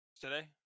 Today